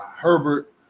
Herbert